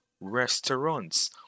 restaurants